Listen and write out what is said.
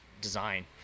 design